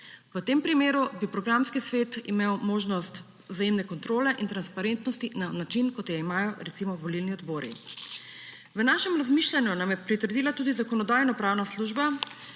V tem primeru bi programski svet imel možnost vzajemne kontrole in transparentnosti na način, kot jo imajo recimo volilni odbori. Našemu razmišljanju je pritrdila tudi Zakonodajno-pravna služba,